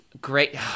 great